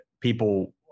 people